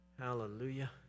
Hallelujah